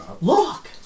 Look